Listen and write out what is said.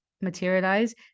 materialize